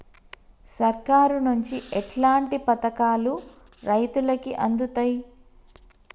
సర్కారు నుండి ఎట్లాంటి పథకాలు రైతులకి అందుతయ్?